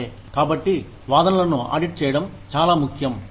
సరే కాబట్టి వాదనలను ఆడిట్ చేయడం చాలా ముఖ్యం